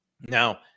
Now